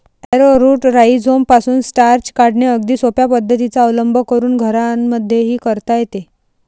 arrowroot राईझोमपासून starch काढणे अगदी सोप्या पद्धतीचा अवलंब करून घरांमध्येही करता येते